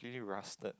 really rusted